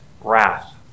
wrath